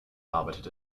arbeitet